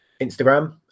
Instagram